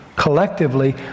Collectively